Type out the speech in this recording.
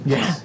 Yes